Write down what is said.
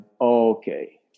okay